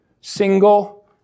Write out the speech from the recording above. single